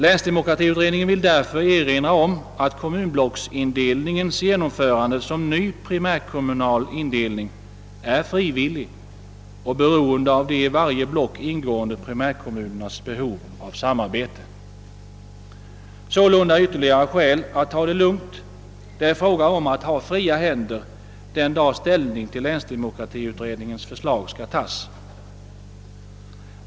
Länsdemokratiutredningen vill därför erinra om att kommunblocksindelningens genomförande som ny primärkommunal indelning är frivillig och beroende av de i varje block ingående primärkommunernas behov av samarbete. Sålunda ytterligare skäl att ta det lugnt! Det är fråga om att ha fria händer den dag ställning till länsdemokratiutredningens förslag skall tas.